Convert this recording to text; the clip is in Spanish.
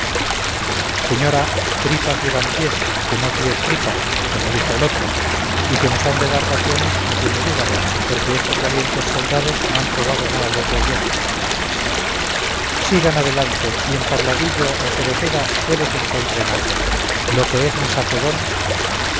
señora tripas llevan pies que no pies tripas como dijo el otro y que nos han de dar raciones no tiene duda porque estos valientes soldados no han probado nada desde ayer sigan adelante y en tabladillo o cereceda puede que encuentren algo lo que es en sacedón